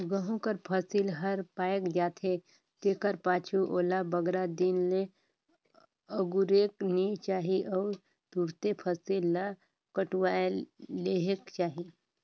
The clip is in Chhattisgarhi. गहूँ कर फसिल हर पाएक जाथे तेकर पाछू ओला बगरा दिन ले अगुरेक नी चाही अउ तुरते फसिल ल कटुवाए लेहेक चाही